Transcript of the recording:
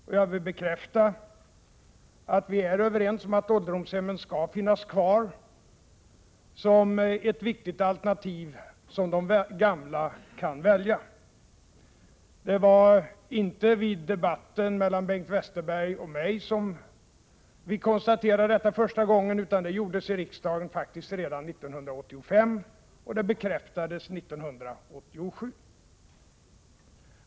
Jag vill också bekräfta att vi är överens om att de skall finnas kvar som ett viktigt alternativ för de gamla att välja. Det var inte under debatten mellan Bengt Westerberg och mig som vi konstaterade detta första gången, utan det gjordes faktiskt i riksdagen redan 1985 och bekräftades 1987.